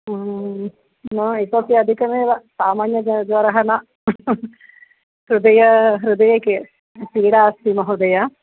न इतोपि अधिकमेव सामान्यज्वज्वरः न हृदये हृदये के पीडा अस्ति महोदय